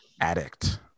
Addict